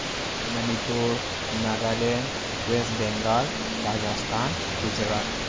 Manipur Nagaland West Bengal Rajasthan Gujarat